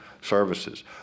services